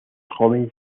joven